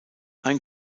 ein